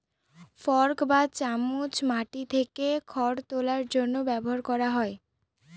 fork বা চামচ মাটি থেকে খড় তোলার জন্য ব্যবহার করা হয়